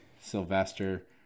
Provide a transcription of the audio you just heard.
Sylvester